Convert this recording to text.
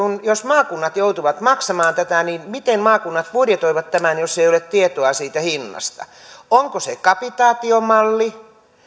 jos maakunnat joutuvat maksamaan tätä niin miten maakunnat budjetoivat tämän jos ei ole tietoa siitä hinnasta onko se kapitaatiomalli